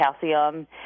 calcium